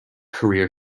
career